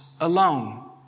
alone